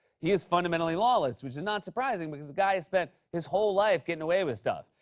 he is fundamentally lawless, which is not surprising, because the guy spent his whole life getting away with stuff.